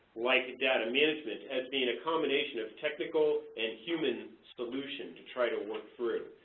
like data management, has been a combination of technical and human solution to try to work through.